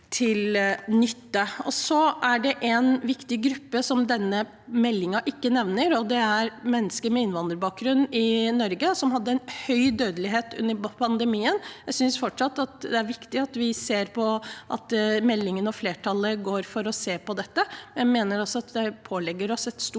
Det er en viktig gruppe denne meldingen ikke nevner, og det er mennesker med innvandrerbakgrunn i Norge, som hadde en høy dødelighet under pandemien. Jeg synes fortsatt det er viktig at vi ser på meldingen, og at flertallet går for å se på dette. Jeg mener også at det på